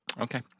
Okay